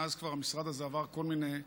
מאז המשרד הזה עבר כל מיני טלטולים,